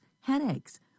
headaches